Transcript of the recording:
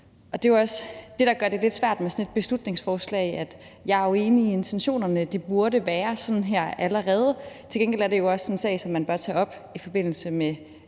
der gør det lidt svært med sådan et beslutningsforslag, er, at jeg jo er enig i intentionerne, og at det allerede burde være sådan, men til gengæld er det også en sag, som man bør tage op i forbindelse med